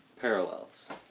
parallels